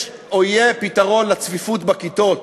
יש או יהיה פתרון לצפיפות בכיתות?